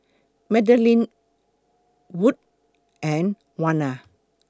Madelyn Wood and Warner